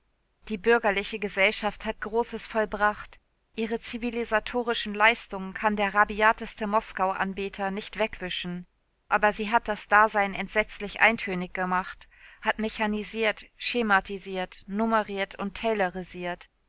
die bürgerliche gesellschaft hat großes vollbracht ihre zivilisatorischen leistungen kann der rabiateste moskauanbeter nicht wegwischen aber sie hat das dasein entsetzlich eintönig gemacht hat mechanisiert schematisiert numeriert und